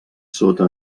sota